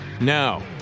Now